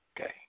Okay